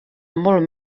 molt